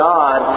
God